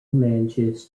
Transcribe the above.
manages